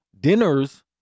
dinners